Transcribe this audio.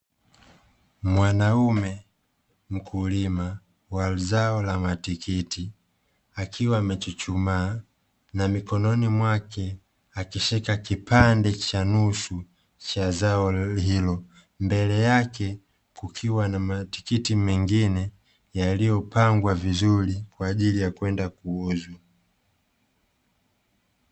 Mwanaume mkulima wa zao la matikiti, akiwa amechuchumaa na mikononi mwake akishika kipande cha nusu cha zao hilo, mbele yake kukiwa na matikiti mengine yaliyopangwa vizuri kwa ajili ya kwenda kuuzwa.